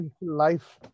life